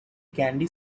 candy